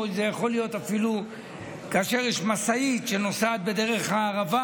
זה יכול להיות אפילו כאשר יש משאית שנוסעת בדרך הערבה,